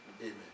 amen